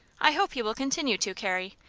i hope you will continue to, carrie.